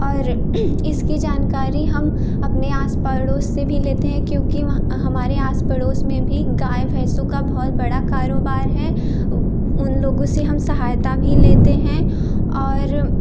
और इसकी जानकारी हम अपनी आस पड़ोस से भी लेते हैं क्योंकि वहाँ हमारे आस पड़ोस में भी गाय भैंसों का बहुत बड़ा कारोबार है उन लोगों से हम सहायता भी लेते हैं और